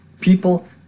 people